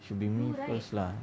should be me first lah